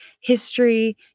History